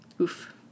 Oof